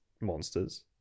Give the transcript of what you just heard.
monsters